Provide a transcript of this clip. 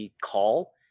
call